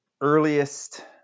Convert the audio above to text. earliest